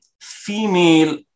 female